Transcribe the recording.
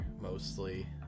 mostly